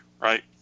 Right